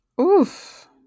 Oof